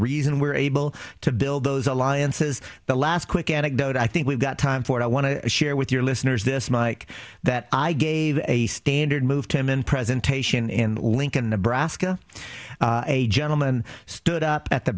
reason we're able to build those alliances the last quick anecdote i think we've got time for i want to share with your listeners this mike that i gave a standard move to him in presentation in lincoln nebraska a gentleman stood up at the